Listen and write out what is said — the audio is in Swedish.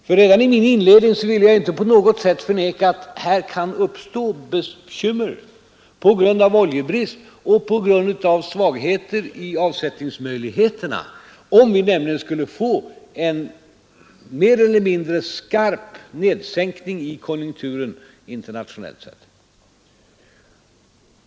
Redan i min inledning ville jag nämligen inte på något sätt förneka att det kan uppstå bekymmer på grund av oljebrist och på grund av försämringar i avsättningsmöjligheterna, om vi skulle få en mer eller mindre skarp nedgång i konjunkturen internationellt sett.